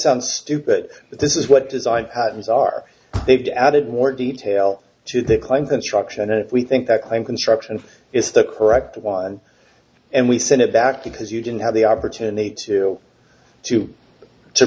sounds stupid but this is what design patterns are they've added more detail to decline construction and if we think that claim construction is the correct wine and we send it back because you didn't have the opportunity to do to